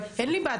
אין לי בעיה,